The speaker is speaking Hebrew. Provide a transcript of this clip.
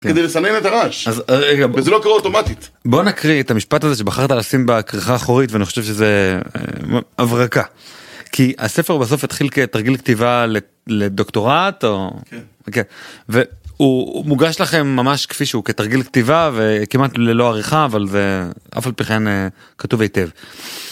אז זה לא קורה אוטומטית בוא נקריא את המשפט הזה שבחרת לשים בקרחה אחורית ואני חושב שזה אברקה כי הספר בסוף התחיל כתרגיל כתיבה לדוקטורט והוא מוגש לכם ממש כפי שהוא כתרגיל כתיבה וכמעט ללא עריכה אבל זה אף על פי כן כתוב היטב.